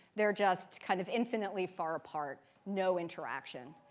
they're just kind of infinitely far apart. no interaction.